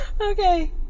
Okay